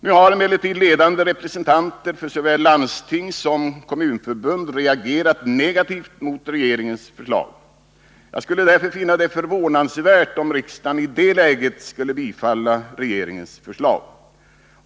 Nu har emellertid ledande representanter för såväl landstingssom kommunförbund reagerat negativt mot regeringens förslag. Jag skulle därför finna det förvånansvärt om riksdagen i det läget skulle bifalla regeringens förslag.